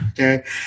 Okay